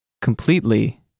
completely